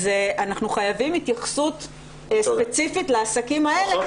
אז אנחנו חייבים התייחסות ספציפית לעסקים האלה,